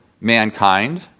mankind